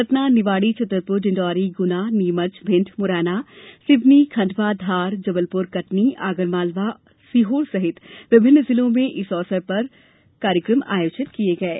सतना निवाड़ी छतरपुर डिंडौरी गुना नीमच भिंड मुरैना सिवनी खंडवा धार जबलपुर कटनी आगरमालवा और सीहोर सहित विभिन्न जिलों में इस अवसरों पर विभिन्न कार्यक्रम आयोजित किये गये